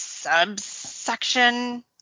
subsection